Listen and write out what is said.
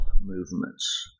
movements